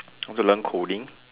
I want to learn coding